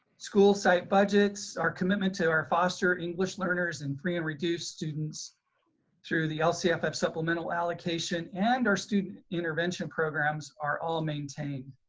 school site budgets, our commitment to our foster english learners and free and reduced students through the lcff supplemental allocation and our student intervention programs are all maintained.